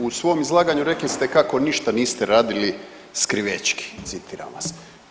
U svom izlaganju rekli ste kako ništa niste radili skrivećki, citiram vas.